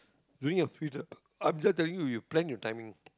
during your free time after telling you you plan your timing